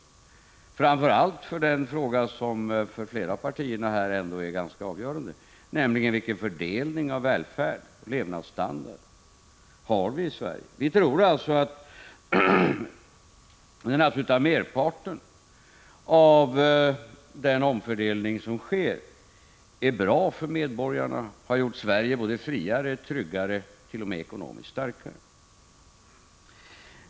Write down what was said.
Det gäller framför allt den fråga som för flera av partierna är ganska avgörande: Vilken fördelning av välfärden, av levnadsstandarden, har vi i Sverige? Vi tror alltså att den absoluta merparten av den omfördelning som sker är bra för medborgarna. Sverige har därmed blivit både friare och tryggare, och t.o.m. ekonomiskt starkare.